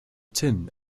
tin